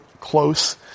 close